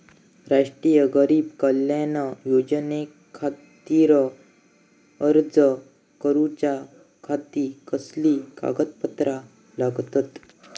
राष्ट्रीय गरीब कल्याण योजनेखातीर अर्ज करूच्या खाती कसली कागदपत्रा लागतत?